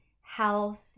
health